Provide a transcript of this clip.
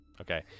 okay